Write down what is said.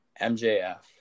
MJF